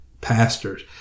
pastors